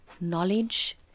knowledge